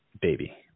baby